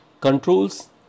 Controls